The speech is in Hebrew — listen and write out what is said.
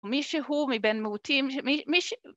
ומי שהוא מבין מעוטים...